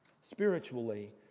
spiritually